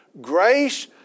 grace